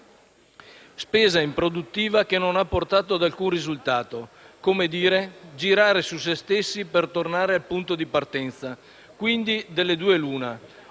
spesa improduttiva che non ha portato ad alcun risultato. È come girare su se stessi per tornare al punto di partenza. Quindi, delle due l'una: